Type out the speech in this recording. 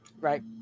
right